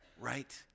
Right